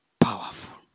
powerful